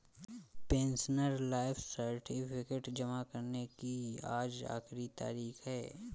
pensioner life certificate जमा करने की आज आखिरी तारीख है